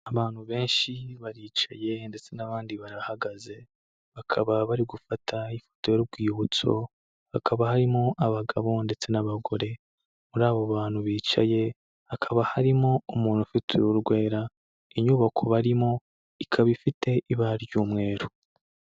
Abantu benshi baricaye ndetse n'abandi barahagaze, bakaba bari gufata ifoto y'urwibutso, hakaba harimo abagabo ndetse n'abagore. Muri abo bantu bicaye hakaba harimo umuntu ufite uruhu rwera, inyubako barimo ikaba ifite ibara ry'umweru.